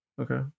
okay